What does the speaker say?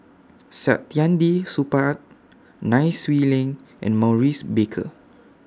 Saktiandi Supaat Nai Swee Leng and Maurice Baker